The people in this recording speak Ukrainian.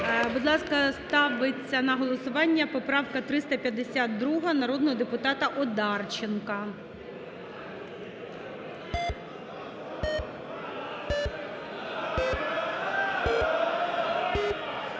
Будь ласка, ставиться на голосування поправка 352-а народного депутата Одарченка.